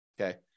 okay